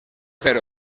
fer